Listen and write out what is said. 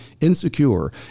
insecure